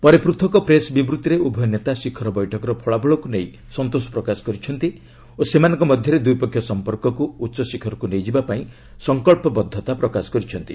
ପରେ ପୃଥକ ପେସ୍ ବିବୃତ୍ତିରେ ଉଭୟ ନେତା ଶିଖର ବୈଠକର ଫଳାଫଳକୁ ନେଇ ସନ୍ତୋଷ ପ୍ରକାଶ କରିଛନ୍ତି ଓ ସେମାନଙ୍କ ମଧ୍ୟରେ ଦ୍ୱିପକ୍ଷିୟ ସମ୍ପର୍କକୁ ଉଚ୍ଚଶିଖରକୁ ନେଇଯିବା ପାଇଁ ସଂକଳ୍ପବଦ୍ଧତା ପ୍ରକାଶ କରିଛନ୍ତି